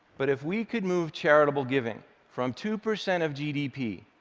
but if we could move charitable giving from two percent of gdp,